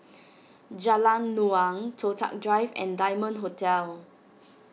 Jalan Naung Toh Tuck Drive and Diamond Hotel